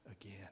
again